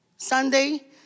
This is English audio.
Sunday